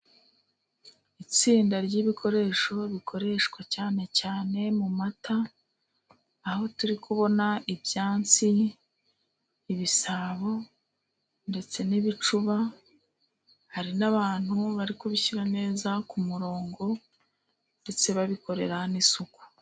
Itsinda ry'ibikoresho, bikoreshwa cyane cyane mu mata, aho turi kubona ibyansi, ibisabo ndetse n'ibicuba; hari n'abantu bari kubishyira neza ku muronko, ndetse babikorera n'isuku.